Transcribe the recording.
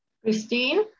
Christine